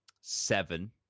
seven